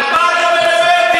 על מה אתה מדבר?